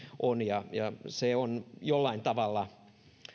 on se on jollain tavalla